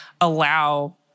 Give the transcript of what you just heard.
allow